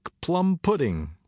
plum-pudding